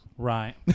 right